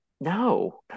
No